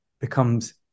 becomes